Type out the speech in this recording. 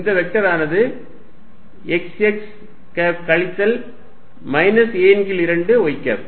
இந்த வெக்டர் ஆனது x x cap கழித்தல் மைனஸ் a ன் கீழ் 2 y கேப்